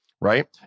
right